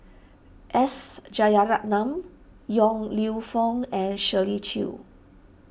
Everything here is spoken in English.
S Yong Lew Foong and Shirley Chew